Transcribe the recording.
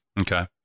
Okay